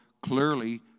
clearly